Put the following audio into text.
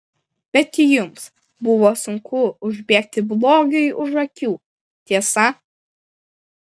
bet jums buvo sunku užbėgti blogiui už akių tiesa